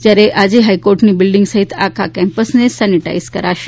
જ્યારે આજે હાઇકોર્ટની બિલ્ડિંગ સહિત આખા કેમ્પસને સેનેટાઇઝ કરાશે